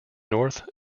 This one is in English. north